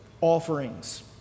offerings